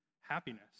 happiness